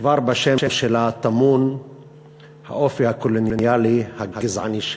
כבר בשם שלה טמון האופי הקולוניאלי הגזעני שלה.